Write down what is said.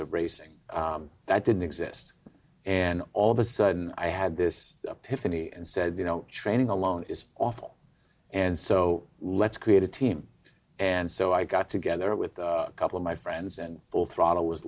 of racing that didn't exist and all of a sudden i had this piffle me and said you know training alone is awful and so let's create a team and so i got together with a couple of my friends and full throttle was